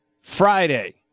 Friday